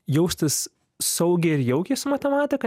jaustis saugiai ir jaukiai su matematika